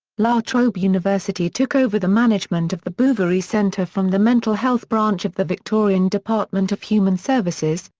la trobe university took over the management of the bouverie centre from the mental health branch of the victorian department of human services,